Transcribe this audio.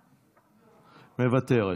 מוותרת,